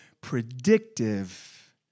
predictive